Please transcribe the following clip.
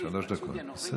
שלוש דקות.